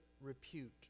repute